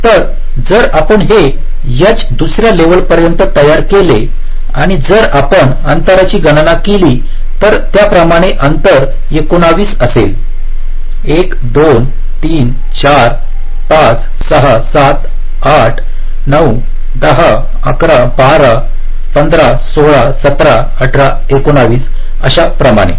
तर जर आपण हे H दुसर्या लेवल पर्यंत तयार केले आणि जर आपण अंतराची गणना केली तर त्याचप्रमाणे अंतर 19 असेल 1 2 3 4 5 6 7 8 9 10 11 12 15 16 17 18 19 अशा प्रमाणे